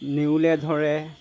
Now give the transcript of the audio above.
নেউলে ধৰে